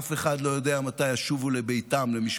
אף אחד לא יודע מתי ישובו לביתם, למשפחתם.